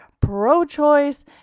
pro-choice